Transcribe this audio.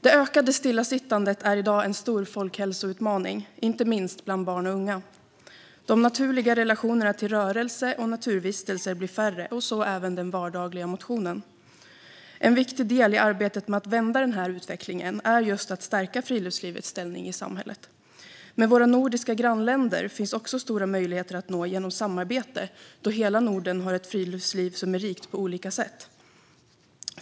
Det ökade stillasittandet är i dag en stor folkhälsoutmaning, inte minst bland barn och unga. De naturliga relationerna till rörelse och naturvistelser blir färre, och så även den vardagliga motionen. En viktig del i arbetet med att vända den här utvecklingen är just att stärka friluftslivets ställning i samhället. Det finns också stora möjligheter att nå samarbete med våra nordiska grannländer, då hela Norden har ett friluftsliv som är rikt på olika sätt.